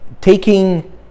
taking